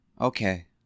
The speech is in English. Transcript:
Okay